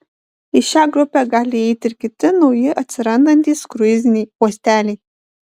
į šią grupę gali įeiti ir kiti nauji atsirandantys kruiziniai uosteliai